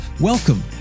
welcome